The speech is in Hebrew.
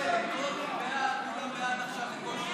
בעד, חמישה נגד.